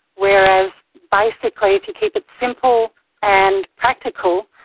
whereas basically if you keep it simple and practical,